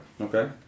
Okay